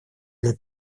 для